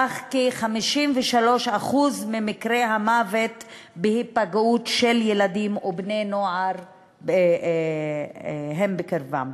אך כ-53% ממקרי המוות בהיפגעות של ילדים ובני-נוער הם בקרבם.